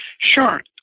sure